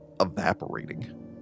evaporating